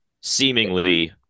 seemingly